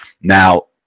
Now